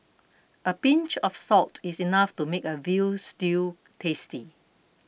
a pinch of salt is enough to make a Veal Stew tasty